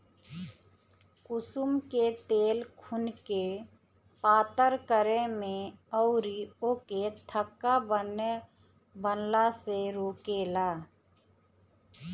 कुसुम के तेल खुनके पातर करे में अउरी ओके थक्का बनला से रोकेला